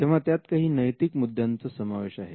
तेव्हा त्यात काही नैतिक मुद्द्यांचा समावेश आहे